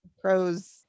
Crows